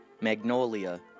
*Magnolia*